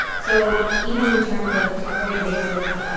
so even in terms of just very basics,